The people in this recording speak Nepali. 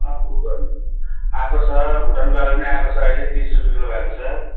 अँ फुलकोपी आएको छ भुटानको आलु पनि आएको छ अहिले तिस रुपियाँ किलो भएको छ